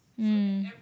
mm